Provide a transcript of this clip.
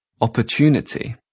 opportunity